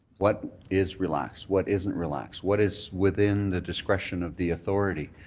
what is relaxed, what isn't relaxed, what is within the discretion of the authority.